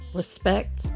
respect